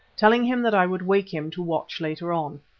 telling him that i would wake him to watch later on.